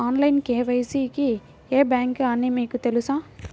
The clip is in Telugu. ఆన్లైన్ కే.వై.సి కి ఏ బ్యాంక్ అని మీకు తెలుసా?